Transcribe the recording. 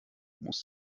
muss